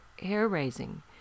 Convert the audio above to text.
hair-raising